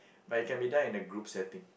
but it can be done in a group setting